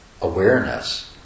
awareness